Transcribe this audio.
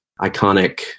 iconic